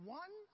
one